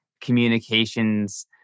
communications